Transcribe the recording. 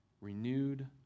renewed